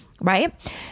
Right